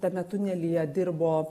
tame tunelyje dirbo